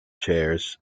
chairs